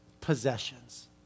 possessions